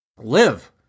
Live